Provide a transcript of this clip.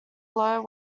low